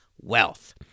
wealth